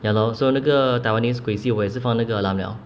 ya lor so 那个 taiwanese 鬼戏我也是放那个 alarm liao